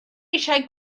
eisiau